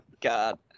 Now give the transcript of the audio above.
God